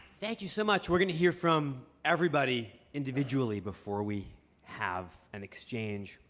thank you so much. we're going to hear from everybody individually before we have an exchange.